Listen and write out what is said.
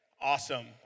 Awesome